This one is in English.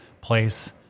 place